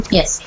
Yes